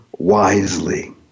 Wisely